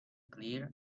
clear